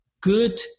good